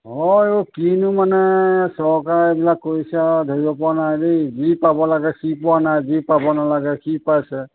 হয় অ কিনো মানে চৰকাৰ এইবিলাক কৰিছে আৰু ধৰিব পৰা নাই দেই যি পাব লাগে সি পোৱা নাই যি পাব নালাগে সি পাইছে